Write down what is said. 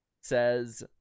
says